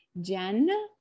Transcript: Jen